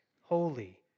holy